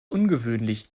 ungewöhnlich